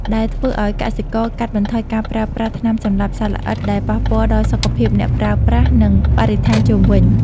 ដែលធ្វើឱ្យកសិករកាត់បន្ថយការប្រើប្រាស់ថ្នាំសម្លាប់សត្វល្អិត ដែលប៉ះពាល់ដល់សុខភាពអ្នកប្រើប្រាស់ និងបរិស្ថានជុំវិញ។